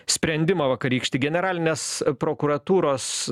sprendimą vakarykštį generalinės prokuratūros